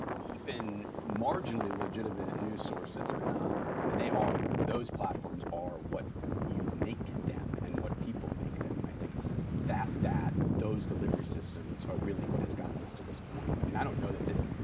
even marginally legitimate news sources are not. i mean, they are, those platforms are what you make them and what people make them, and i think that that those delivery systems are really what has gotten us to this point. i mean, i don't know that this,